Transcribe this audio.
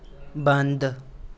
बंद